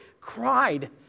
cried